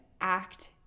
act